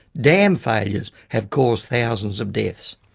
dam failures have caused thousands of deaths.